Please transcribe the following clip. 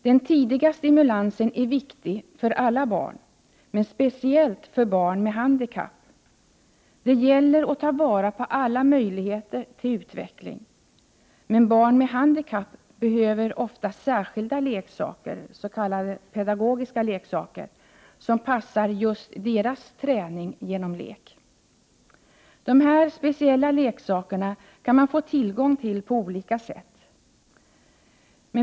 Den tidiga stimulansen är viktig för alla barn, men speciellt för barn med handikapp. Det gäller att ta vara på alla möjligheter till utveckling. Men barn med handikapp behöver ofta särskilda leksaker, s.k. pedagogiska leksaker, som passar just deras träning genom lek. De här speciella leksakerna kan man få tillgång till på olika sätt.